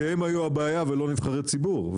שהם היו הבעיה ולא נבחרי ציבור,